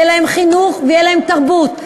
יהיה להם חינוך ותהיה להם תרבות.